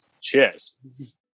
cheers